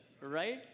Right